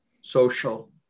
social